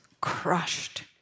crushed